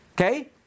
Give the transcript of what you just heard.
Okay